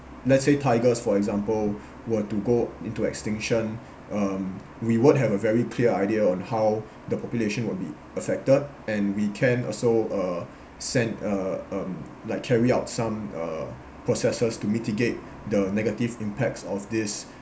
let's say tigers for example were to go into extinction um we won't have a very clear idea on how the population will be affected and we can also uh sent uh uh like carry out some uh processes to mitigate the negative impacts of this